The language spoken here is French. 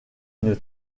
une